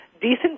decent